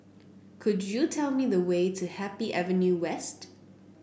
could you tell me the way to Happy Avenue West